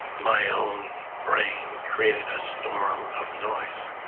my own brain created a storm of noise.